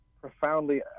profoundly